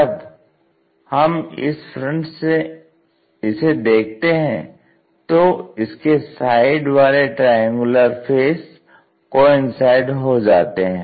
जब हम फ्रंट से इसे देखते हैं तो इसके साइड वाले ट्रायंगुलर फेस कॉइंसाइड हो जाते हैं